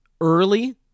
early